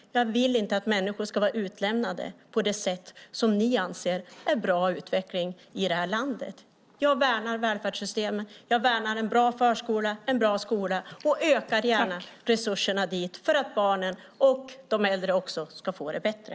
Jag vill inte att människor ska vara utlämnade på det sätt som ni anser är bra utveckling för vårt land. Jag värnar välfärdssystemen. Jag värnar en bra förskola och skola. Jag ökar gärna resurserna för att barn och äldre ska få det bättre.